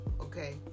Okay